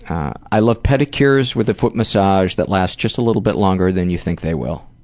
i love pedicures with a foot massage that lasts just a little bit longer than you think they will.